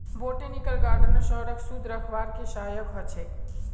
botanical गार्डनो शहरक शुद्ध रखवार के सहायक ह छेक